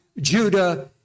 Judah